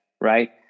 right